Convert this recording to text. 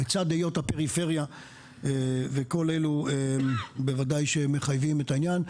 לצד היות הפריפריה וכל אלו בוודאי שמחייבים את העניין.